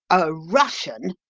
a russian?